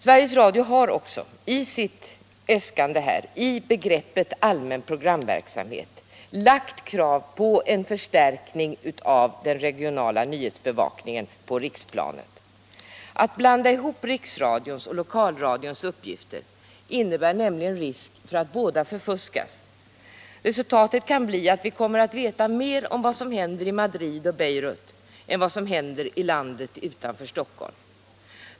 Sveriges Radio har i sina äskanden när det gäller den allmänna programverksamheten begärt en förstärkning av den regionala nyhetsbevakningen på riksplanet. Att blanda ihop riksradions och lokalradions uppgifter medför nämligen en risk för att båda förfuskas. Resultatet kan bli att vi kommer alt veta mer om vad som händer i Madrid och Beirut än om det som händer i landet utanför Stockholm.